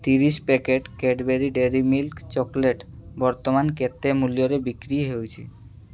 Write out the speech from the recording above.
ତିରିଶି packet Cadbury dairy milk chocolate ବର୍ତ୍ତମାନ କେତେ ମୂଲ୍ୟରେ ବିକ୍ରି ହେଉଛି